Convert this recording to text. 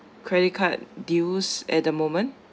credit card deals at the moment